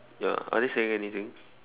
ya are they saying anything